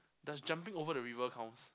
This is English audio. does jumping over the river counts